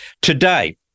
Today